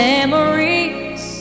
Memories